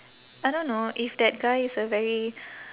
I don't know if that guy is a very